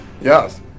Yes